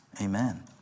Amen